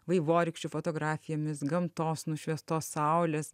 vaivorykščių fotografijomis gamtos nušviestos saulės